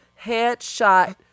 headshot